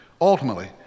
Ultimately